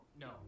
no